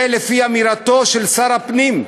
זה, לפי אמירתו של שר הפנים.